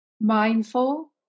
mindful